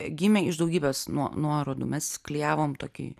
gimė iš daugybės nuorodų mes klijavom tokį